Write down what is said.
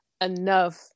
enough